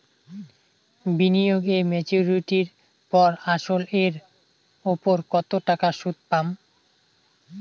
বিনিয়োগ এ মেচুরিটির পর আসল এর উপর কতো টাকা সুদ পাম?